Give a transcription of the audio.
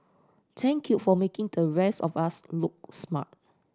thank you for making the rest of us look smart